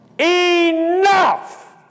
enough